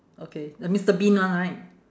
okay the mister bean one right